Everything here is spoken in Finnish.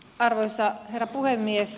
arvoisa herra puhemies